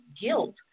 guilt